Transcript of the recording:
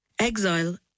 Exile